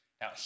Now